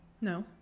No